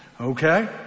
Okay